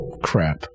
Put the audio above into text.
Crap